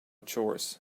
chores